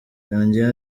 yongeyeho